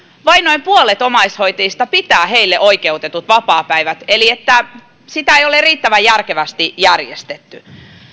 vain noin puolet omaishoitajista pitää heille oikeutetut vapaapäivät eli sitä ei ole riittävänä järkevästi järjestetty